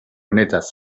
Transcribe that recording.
honetaz